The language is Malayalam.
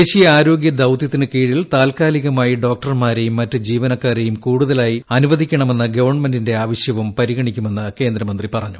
ദേശീയ ആരോഗ്യദൌത്യത്തിനു കീഴിൽ താൽക്കാലികമായി ഡോക്ടർമാരെയും മറ്റ് ജീവനക്കാരെയും കൂടുതലായി അനുവദിക്കണമെന്ന ഗവ്ൺമെന്റിന്റെ ആവശ്യവും പരിഗണിക്കുമെന്ന് കേന്ദ്രമന്ത്രി പറഞ്ഞു